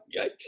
Yikes